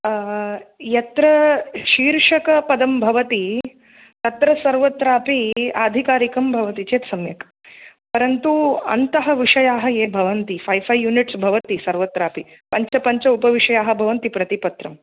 यत्र शीर्षकपदं भवति तत्र सर्वत्रापि आधिकारिकं भवति चेत् सम्यक् परन्तु अन्तः विषयः ये भवन्ति फैव् फैव् युनिट्स् भवन्ति सर्वत्रापि पञ्च पञ्च उपविषयाः भवन्ति प्रतिपत्रम्